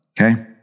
okay